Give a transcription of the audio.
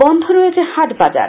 বন্ধ রয়েছে হাট বাজার